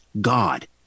God